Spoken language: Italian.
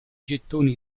gettoni